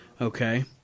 Okay